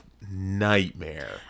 nightmare